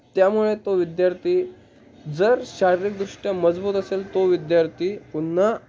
त्यामुळे तो विद्यार्थी जर शारीरिकदृष्ट्या मजबूत असेल तो विद्यार्थी पुन्हा